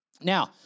Now